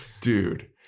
dude